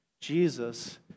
Jesus